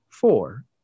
Four